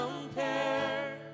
compare